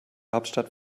hauptstadt